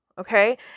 Okay